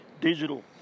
Digital